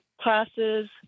classes